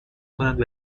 کند